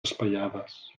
espaiades